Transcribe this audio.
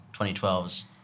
2012's